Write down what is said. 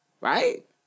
Right